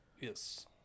yes